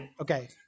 Okay